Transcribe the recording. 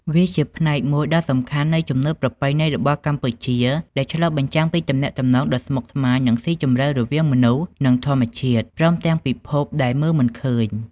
វាជាផ្នែកមួយដ៏សំខាន់នៃជំនឿប្រពៃណីរបស់កម្ពុជា ដែលឆ្លុះបញ្ចាំងពីទំនាក់ទំនងដ៏ស្មុគស្មាញ និងស៊ីជម្រៅរវាងមនុស្ស និងធម្មជាតិ ព្រមទាំងពិភពដែលមើលមិនឃើញ។